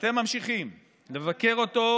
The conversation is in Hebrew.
ואתם ממשיכים לבקר אותו,